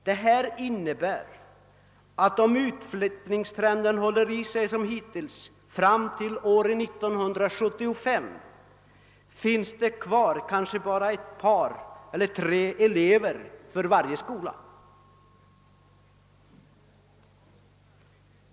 Detta innebär att om utflyttningstrenden förblir densamma fram till år 1975 finns det kvar bara två eller tre elever i varje skola.